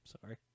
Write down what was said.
Sorry